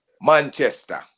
Manchester